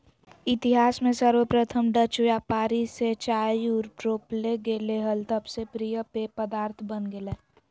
इतिहास में सर्वप्रथम डचव्यापारीचीन से चाययूरोपले गेले हल तब से प्रिय पेय पदार्थ बन गेलय